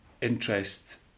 interest